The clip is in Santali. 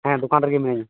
ᱦᱮᱸ ᱫᱚᱠᱟᱱ ᱨᱮᱜᱮ ᱢᱤᱱᱟᱹᱧᱟ